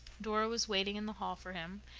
dora was waiting in the hall for him,